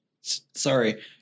Sorry